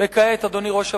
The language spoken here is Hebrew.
וכעת, אדוני ראש הממשלה,